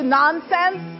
nonsense